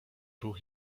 ruch